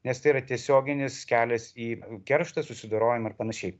nes tai yra tiesioginis kelias į kerštą susidorojimą ir panašiai